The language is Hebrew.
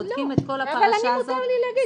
אז אני לא --- אבל אני מותר לי להגיד,